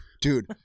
Dude